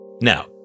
Now